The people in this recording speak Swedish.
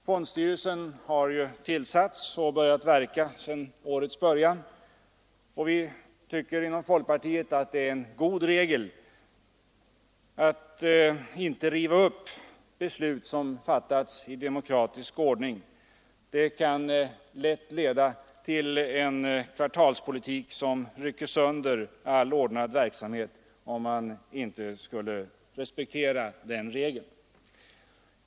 Fondstyrelsen har tillsatts och verkar sedan årets början, och vi tycker inom folkpartiet att det är en god regel att inte riva upp beslut som fattats i demokratisk ordning. Det kan lätt leda till en kvartalspolitik som rycker sönder all ordnad verksamhet, om man inte skulle respektera den regeln.